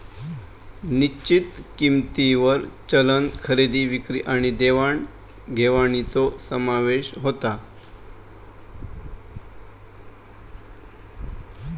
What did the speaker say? निश्चित किंमतींवर चलन खरेदी विक्री आणि देवाण घेवाणीचो समावेश होता